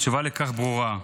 התשובה לכך ברורה.